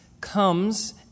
comes